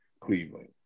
Cleveland